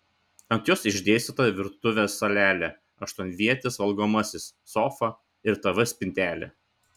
ant jos išdėstyta virtuvės salelė aštuonvietis valgomasis sofa ir tv spintelė